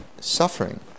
suffering